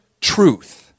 truth